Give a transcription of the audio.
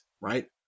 right